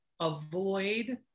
avoid